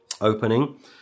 opening